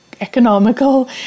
economical